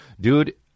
dude